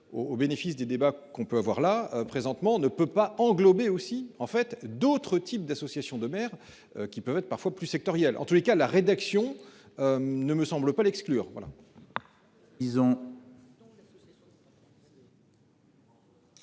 au bénéfice des débats qu'on peut avoir là présentement ne peut pas englober aussi en fait d'autres types d'associations de maires qui peuvent être parfois plus sectorielles en tous les cas la rédaction. Ne me semble pas l'exclure.